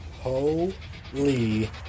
Holy